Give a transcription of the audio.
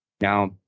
Now